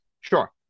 Sure